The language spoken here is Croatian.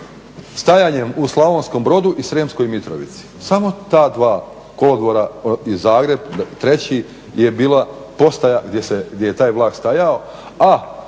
stajanjem u Slavonskom Brodu i Srijemskoj Mitrovici. Samo ta dva kolodvora i Zagreb treći je bila postaja gdje je taj vlak stajao,